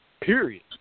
period